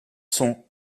sont